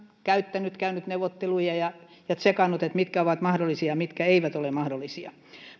käyttänyt käynyt neuvotteluja ja ja tsekannut mitkä ovat mahdollisia mitkä eivät ole mahdollisia